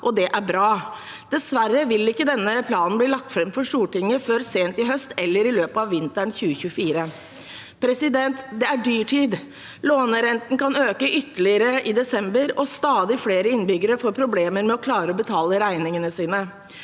og det er bra. Dessverre vil ikke denne planen bli lagt fram for Stortinget før sent i høst eller i løpet av vinteren 2024. Det er dyrtid. Lånerenten kan øke ytterligere i desember, og stadig flere innbyggere får problemer med å klare å betale regningene sine.